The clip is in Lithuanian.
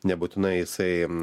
nebūtinai jisai